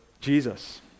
Jesus